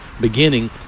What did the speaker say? beginning